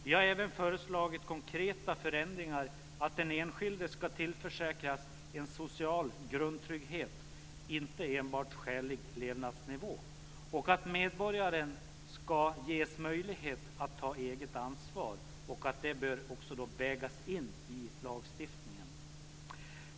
Vi har även föreslagit konkreta förändringar, att den enskilde ska tillförsäkras en social grundtrygghet, inte enbart skälig levnadsnivå, och att medborgaren ska ges möjlighet att ta eget ansvar. Det bör också vägas in i lagstiftningen.